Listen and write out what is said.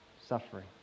suffering